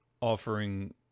offering